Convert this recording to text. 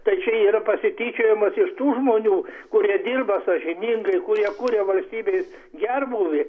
tai čia yra pasityčiojimas iš tų žmonių kurie dirba sąžiningai kurie kuria valstybės gerbūvį